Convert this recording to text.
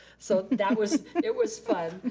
so that was, it was fun.